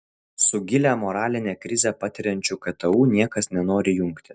su gilią moralinę krizę patiriančiu ktu niekas nenori jungtis